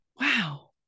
Wow